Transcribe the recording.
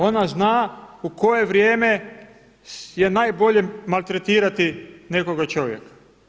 Ona zna u koje vrijeme je najbolje maltretirati nekoga čovjeka.